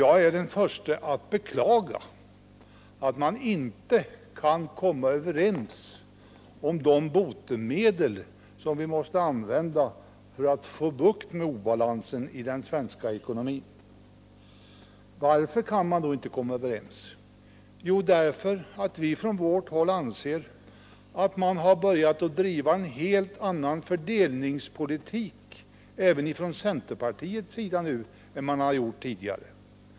Jag är den förste att beklaga att vi inte kan komma överens om de botemedel som vi måste använda för att få bukt med obalansen i den svenska ekonomin. Varför kan vi inte komma överens? Jo, därför att vi socialdemokrater anser att de borgerliga börjat driva en helt annan fördelningspolitik — nu även från centerpartiets sida — än man gjort tidigare.